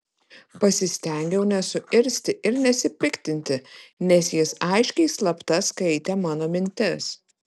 pasistengiau nesuirzti ir nesipiktinti nes jis aiškiai slapta skaitė mano mintis